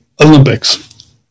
Olympics